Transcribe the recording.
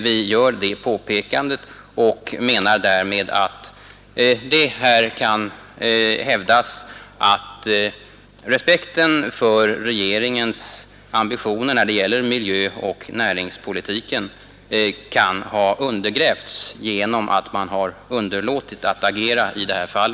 Vi gör det påpekandet och menar därmed att det här kan hävdas att respekten för regeringens ambitioner när det gäller miljöoch näringspolitiken kan ha undergrävts genom att man har underlåtit att agera i detta fall.